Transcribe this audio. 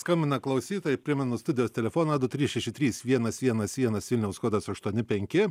skambina klausytojai primenu studijos telefoną du trys šeši trys vienas vienas vienas vilniaus kodas aštuoni penki